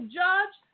judge